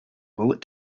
bullet